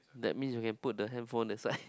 that means you can put the handphone that side